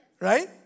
Right